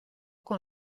con